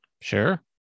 Sure